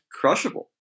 crushable